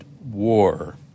war